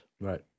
Right